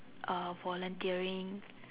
uh volunteering